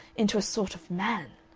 into a sort of man.